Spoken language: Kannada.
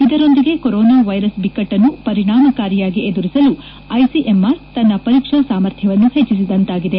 ಇದರೊಂದಿಗೆ ಕರೋನಾ ವೈರಸ್ ಬಿಕ್ಕಟ್ಟನ್ನು ಪರಿಣಾಮಕಾರಿಯಾಗಿ ಎದುರಿಸಲು ಐಸಿಎಂಆರ್ ತನ್ನ ಪರೀಕ್ಷಾ ಸಾಮರ್ಥ್ಯವನ್ನು ಹೆಚ್ಚಿಸಿದಂತಾಗಿದೆ